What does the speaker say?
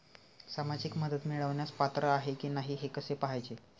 सामाजिक मदत मिळवण्यास पात्र आहे की नाही हे कसे पाहायचे?